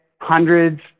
hundreds